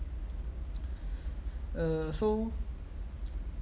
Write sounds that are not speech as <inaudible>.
<breath> uh so